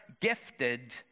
gifted